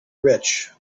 rich